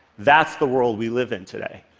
that's the world we live in today.